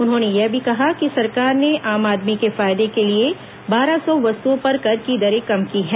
उन्होंने यह भी कहा कि सरकार ने आम आदमी के फायदे के लिए बारह सौ वस्तुओं पर कर की दरें कम की हैं